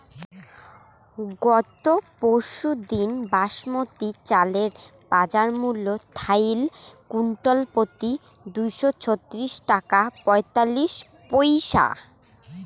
গত পরশুদিন বাসমতি চালের বাজারমূল্য থাইল কুইন্টালপ্রতি দুইশো ছত্রিশ টাকা পঁয়তাল্লিশ পইসা